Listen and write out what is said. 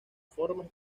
formas